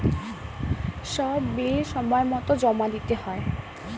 সব বিল সময়মতো জমা দিতে হয়